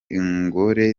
ingore